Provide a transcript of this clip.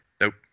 Nope